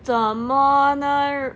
怎么能